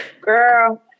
girl